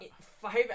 Five